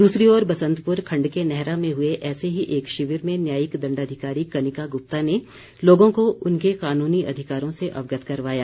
दूसरी ओर बसंतपुर खण्ड के नैहरा में हुए ऐसे ही एक शिविर में न्यायिक दण्डाधिकारी कनिका गुप्ता ने लोगों को उनके कानूनी अधिकारों से अवगत करवाया